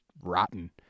rotten